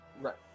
right